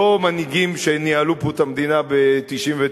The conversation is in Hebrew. לא מנהיגים שניהלו פה את המדינה ב-1999,